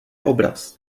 obraz